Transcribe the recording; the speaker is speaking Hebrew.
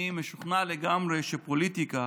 אני משוכנע לגמרי שפוליטיקה